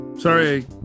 Sorry